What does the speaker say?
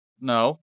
No